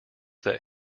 that